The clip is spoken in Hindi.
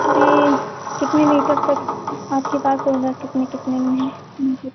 अरे कितने लीटर तक आपके पास होगा कितने कितने में